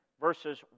verses